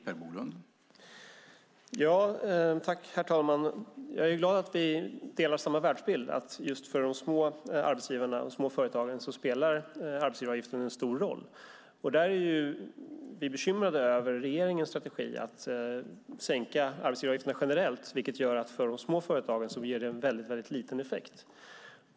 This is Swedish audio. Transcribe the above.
Herr talman! Jag är glad över att vi har samma världsbild. Just för de små arbetsgivarna, de små företagen, spelar arbetsgivaravgiften en stor roll. Vi är bekymrade över regeringens strategi att sänka arbetsgivaravgifterna generellt, vilket ger en mycket liten effekt för de små företagen.